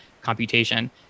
computation